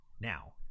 now